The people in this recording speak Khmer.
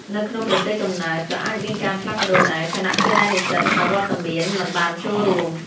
នៅក្នុងប្រទេសកំណើត ក៏អាចមានការផ្លាស់ប្តូរដែរ ខណៈពេលដែលនិស្សិតអវត្តមានមិនបានចូលរួម។